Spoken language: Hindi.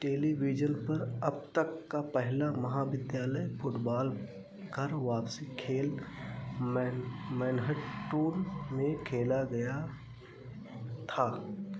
टेलीविजन पर अब तक का पहला महाविद्यालय फुटबॉल घर वापसी खेल मैन मैनहट्टन में खेला गया था